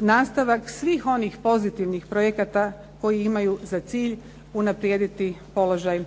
nastavak svih onih pozitivnih projekata koji imaju za cilj unaprijediti položaj